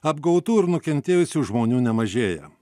apgautų ir nukentėjusių žmonių nemažėja